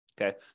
Okay